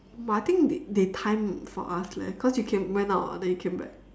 but I think they they time for us leh cause you came went out [what] then you came back